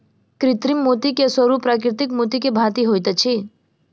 कृत्रिम मोती के स्वरूप प्राकृतिक मोती के भांति होइत अछि